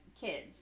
kids